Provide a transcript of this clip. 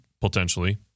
potentially